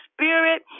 Spirit